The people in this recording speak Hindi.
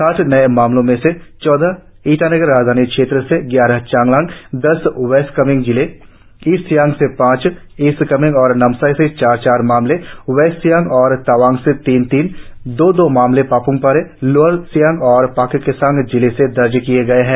साठ नए मामलों में से चौदह ईटानगर राजधानी क्षेत्र से ग्यारह चांगलांग दस वेस्ट कामेंग जिले ईस्ट सियांग से पांच ईस्ट कामेंग और नामसाई से चार चार मामले वेस्ट सियांग और तवांग से तीन तीन दो दो मामले पाप्मपारे लोअर सियांग और पाक्के केसांग से दर्ज किया गया है